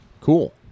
cool